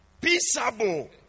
Peaceable